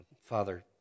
Father